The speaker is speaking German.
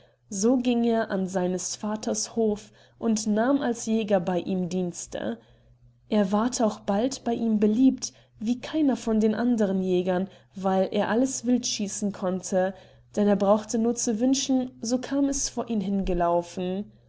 so ging er an seines vaters hof und nahm als jäger bei ihm dienste er ward auch bald bei ihm beliebt wie keiner von den andern jägern weil er alles wild schießen konnte denn er brauchte nur zu wünschen so kam es vor ihn hingelaufen